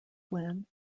flynn